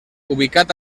ubicat